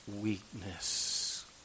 weakness